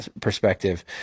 perspective